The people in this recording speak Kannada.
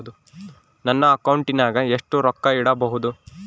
ನನ್ನ ಅಕೌಂಟಿನಾಗ ಎಷ್ಟು ರೊಕ್ಕ ಇಡಬಹುದು?